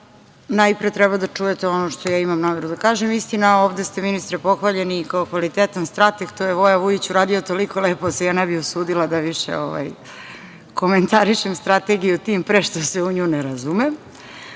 najpre treba da čujete ono što imam nameru da kažem. Istina, ovde ste, ministre, pohvaljeni kao kvalitetan strateg, to je Voja Vujić uradio toliko lepo da se ja ne bih usudila da više komentarišem strategiju, tim pre što se u nju ne razumem.